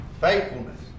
faithfulness